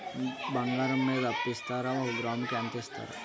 బంగారం మీద అప్పు ఇస్తారా? ఒక గ్రాము కి ఎంత ఇస్తారు?